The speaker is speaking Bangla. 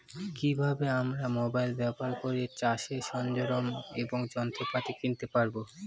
কি ভাবে আমরা মোবাইল ব্যাবহার করে চাষের সরঞ্জাম এবং যন্ত্রপাতি কিনতে পারবো?